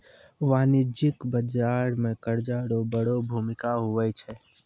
वाणिज्यिक बाजार मे कर्जा रो बड़ो भूमिका हुवै छै